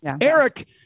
Eric